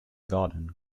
garden